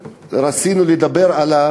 לסיים.